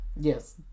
Yes